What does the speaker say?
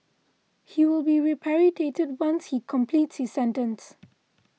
he will be repatriated once he completes his sentence